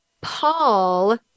Paul